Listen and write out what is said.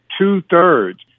two-thirds